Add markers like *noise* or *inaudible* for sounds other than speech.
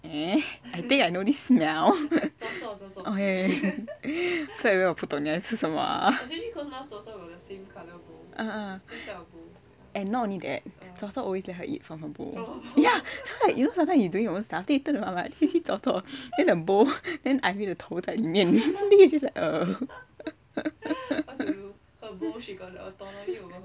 eh I think I know this smell okay 不要以为我不懂你在吃什么 ah and not only that zorzor always let her eat from her bowl ya so you know like sometimes you doing your own stuff then you turn around right like you see zorzor then the bowl then ivy 的头在里面 *laughs* then you just like err